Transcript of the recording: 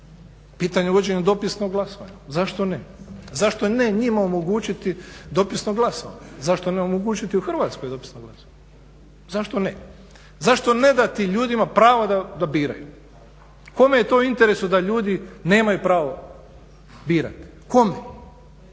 Pitanje uvođenja dopisnog glasovanja, zašto ne? Zašto ne njima omogućiti dopisno glasovanje, zašto ne omogućiti u Hrvatskoj dopisno glasovanje, zašto ne? Zašto ne dati ljudima pravo da biraju? Kome je u interesu da ljudi nemaju pravo birati, kome?